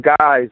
guys